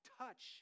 touch